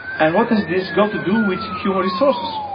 and what has this got to do with human resources?